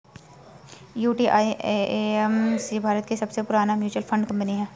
UTI AMC Bharat की सबसे पुरानी म्यूचुअल फंड कंपनी है